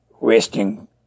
wasting